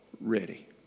ready